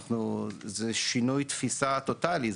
זה שינוי תפיסה טוטאלי,